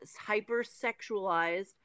hyper-sexualized